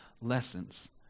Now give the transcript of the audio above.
lessons